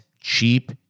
Cheap